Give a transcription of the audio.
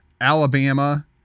Alabama